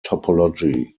topology